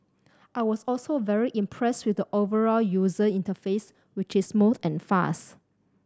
I was also very impressed with the overall user interface which is smooth and fast